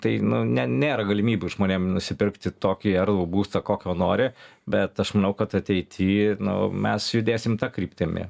tai nu ne nėra galimybių žmonėm nusipirkti tokį erdvų būstą kokio nori bet aš manau kad ateity nu mes judėsim ta kryptimi